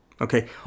Okay